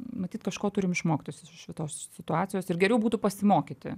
matyt kažko turim išmokt iš visos šitos situacijos ir geriau būtų pasimokyti